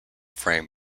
frame